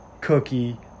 Cookie